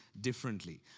differently